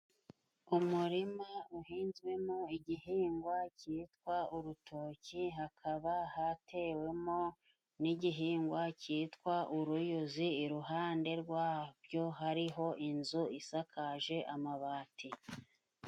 Umurima uhinzwemo igihingwa cyitwa urutoki hakaba hatewemo n'igihingwa cyitwa uruyuzi iruhande rwabyo hariho inzu isakaje amabati.